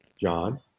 John